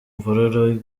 mvururu